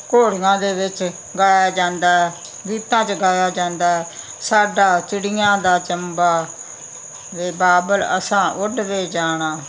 ਘੋੜੀਆਂ ਦੇ ਵਿੱਚ ਗਾਇਆ ਜਾਂਦਾ ਗੀਤਾਂ 'ਚ ਗਾਇਆ ਜਾਂਦਾ ਸਾਡਾ ਚਿੜੀਆਂ ਦਾ ਚੰਬਾ ਵੇ ਬਾਬਲ ਅਸਾਂ ਉੱਡ ਵੇ ਜਾਣਾ